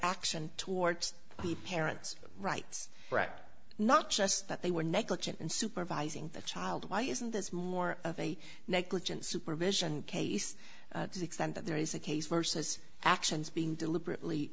action towards the parents rights act not just that they were negligent in supervising the child why isn't this more of a negligent supervision case to the extent that there is a case vs actions being deliberately